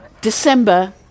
December